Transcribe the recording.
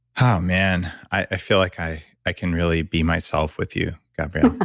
oh, man. i feel like i i can really be myself with you, gabrielle.